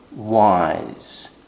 wise